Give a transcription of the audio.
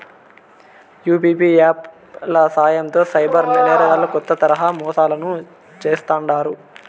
UPI app ల సాయంతో cyber నేరగాల్లు కొత్త తరహా మోసాలను చేస్తాండారు